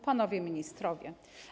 Panowie Ministrowie!